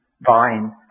vine